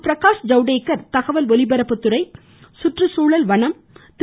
பிரகாஷ் ஜவ்டேகர் தகவல் ஒலிபரப்புத்துறை சுற்றுச்சூழல் வனம் திரு